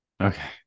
Okay